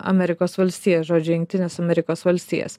amerikos valstijas žodžiu jungtines amerikos valstijas